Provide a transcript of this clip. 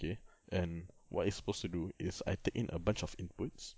okay and what it's supposed to do is I take in a bunch of inputs